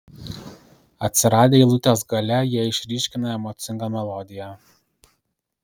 atsiradę eilutės gale jie išryškina emocingą melodiją